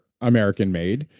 American-made